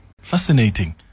Fascinating